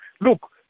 Look